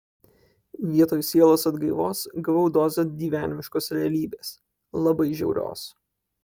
vietoj sielos atgaivos gavau dozę gyvenimiškos realybės labai žiaurios